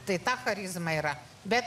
tai ta charizma yra bet